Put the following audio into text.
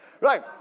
Right